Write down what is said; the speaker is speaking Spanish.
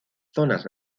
zonas